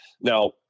now